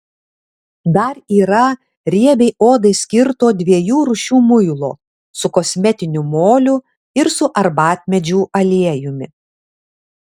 dar yra riebiai odai skirto dviejų rūšių muilo su kosmetiniu moliu ir su arbatmedžių aliejumi